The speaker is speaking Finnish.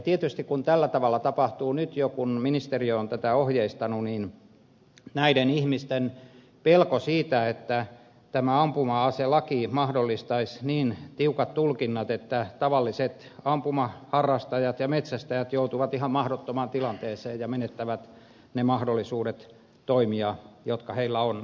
tietysti kun tällä tavalla tapahtuu nyt jo kun ministeriö on tätä ohjeistanut niin näillä ihmisillä on pelko siitä että tämä ampuma aselaki mahdollistaisi niin tiukat tulkinnat että tavalliset ampumaharrastajat ja metsästäjät joutuvat ihan mahdottomaan tilanteeseen ja menettävät ne mahdollisuudet toimia jotka heillä on